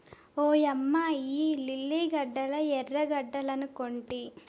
ఓయమ్మ ఇయ్యి లిల్లీ గడ్డలా ఎర్రగడ్డలనుకొంటి